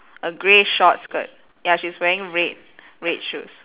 a grey short skirt ya she's wearing red red shoes